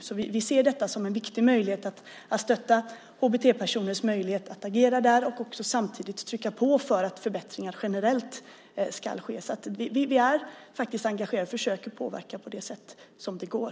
Så vi ser detta som en viktig möjlighet att stötta HBT-personers möjlighet att agera där och samtidigt trycka på för att förbättringar generellt ska ske. Vi är faktiskt engagerade och försöker påverka på det sätt som det går.